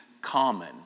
common